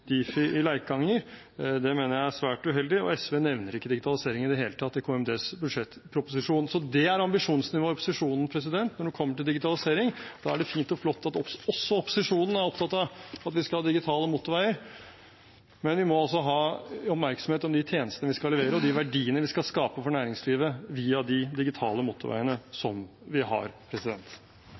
Det mener jeg er svært uheldig. SV nevner ikke digitalisering i det hele tatt i forbindelse med KMDs budsjettproposisjon. Dette er altså ambisjonsnivået i opposisjonen når det gjelder digitalisering. Det er fint og flott at også opposisjonen er opptatt av at vi skal ha digitale motorveier, men vi må ha oppmerksomhet om de tjenestene vi skal levere, og de verdiene vi skal skape for næringslivet via de digitale motorveiene som vi har.